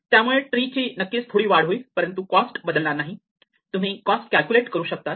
यामुळे ट्री ची नक्कीच थोडी वाढ होईल परंतु कॉस्ट बदलणार नाही तुम्ही कॉस्ट कॅल्क्युलेट करू शकतात